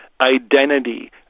identity